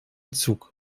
zug